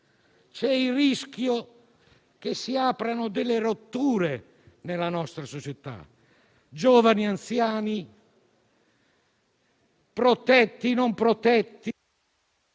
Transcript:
C'è il rischio che si aprano delle rotture nella nostra società: giovani-anziani, protetti-non protetti,